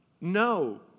No